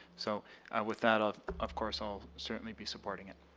so with that, of of course, i'll certainly be supporting it.